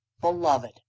beloved